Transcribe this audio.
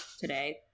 today